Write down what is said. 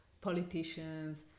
politicians